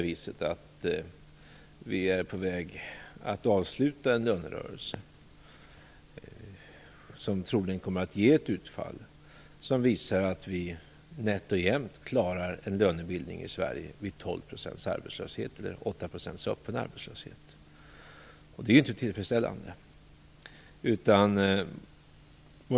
Vi är nu på väg att avsluta en lönerörelse som troligen ger ett utfall som visar att vi i Sverige nätt och jämt klarar en lönebildning vid 12 % arbetslöshet eller 8 % öppen arbetslöshet. Det är inte tillfredsställande.